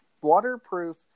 waterproof